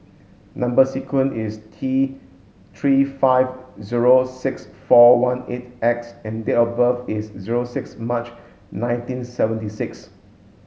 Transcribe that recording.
number sequence is T three five zero six four one eight X and date of birth is zero six March nineteen seventy six